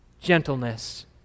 Gentleness